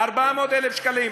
400,000 שקלים,